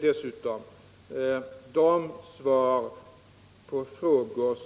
De ställningstaganden som framförs i svar på frågor